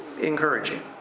encouraging